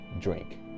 drink